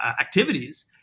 activities